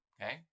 okay